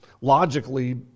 logically